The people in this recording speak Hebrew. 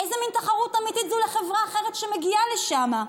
איזו מין תחרות אמיתית זו לחברה אחרת שמגיעה לשם?